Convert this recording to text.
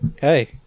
Hey